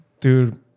dude